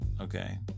okay